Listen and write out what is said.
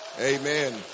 Amen